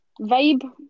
vibe